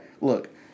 Look